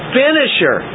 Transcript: finisher